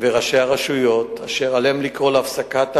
וראשי הרשויות, אשר עליהם לקרוא להפסקת האלימות,